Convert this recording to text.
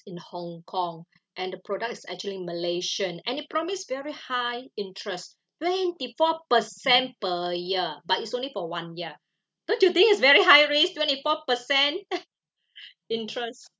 in Hong-Kong and the product is actually in malaysian and it promise very high interest twenty four percent per year but it's only for one year don't you think is very high risk twenty four percent interest